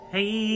Hey